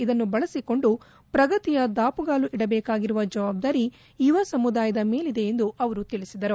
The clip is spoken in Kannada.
ಇದನ್ನು ಬಳಸಿಕೊಂಡು ಪ್ರಗತಿಯ ದಾಪುಗಾಲು ಇಡಬೇಕಾಗಿರುವ ಜವಾಬ್ದಾರಿ ಯುವ ಸಮುದಾಯದ ಮೇಲಿದೆ ಎಂದು ಅವರು ತಿಳಿಸಿದರು